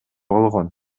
болгон